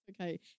Okay